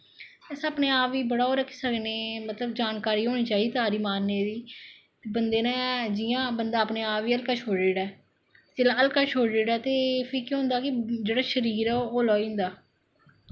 अस अपने आप गी मतलव बड़ा ओह् रक्खी सकने जानकारी होनी चाहिदी तारी मारने दी बंदै नै जि'यां बंदा अपने आप गी हल्की छोड़ी ओड़ै जिसलै हल्का छोड़ी ओड़ै ते फ्ही केह् होंदा कि जेह्ड़ा शरीर ऐ ऐ होला होई जंदा